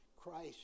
Christ